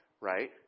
right